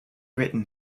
written